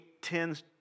tends